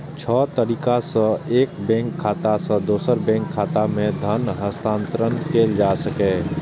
छह तरीका सं एक बैंक खाता सं दोसर बैंक खाता मे धन हस्तांतरण कैल जा सकैए